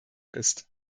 ist